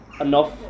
Enough